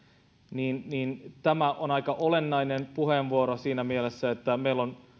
tämä on aika olennainen puheenvuoro siinä mielessä että